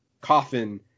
coffin